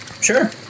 sure